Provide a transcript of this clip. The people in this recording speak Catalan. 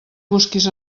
busquis